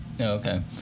Okay